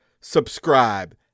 subscribe